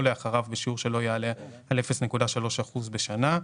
או לאחריו, בשיעור שלא יעלה על 0.3 אחוז בשנה".